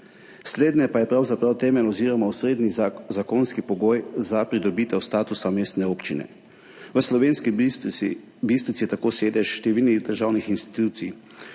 Slednje pa je pravzaprav temelj oziroma osrednji zakonski pogoj za pridobitev statusa mestne občine. V Slovenski Bistrici je tako sedež številnih državnih institucij,